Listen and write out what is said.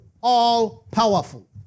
all-powerful